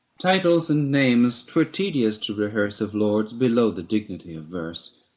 titles and names twere tedious to rehearse of lords below the dignity of verse.